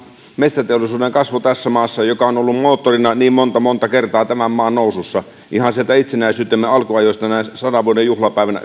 metsäteollisuuden kasvu tässä maassa joka on ollut moottorina niin monta monta kertaa tämän maan nousussa ihan sieltä itsenäisyytemme alkuajoista näin sadan vuoden